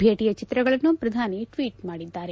ಭೇಟಿಯ ಚಿತ್ರಗಳನ್ನು ಪ್ರಧಾನಿ ಟ್ವೀಟ್ ಮಾಡಿದ್ದಾರೆ